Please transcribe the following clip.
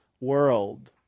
world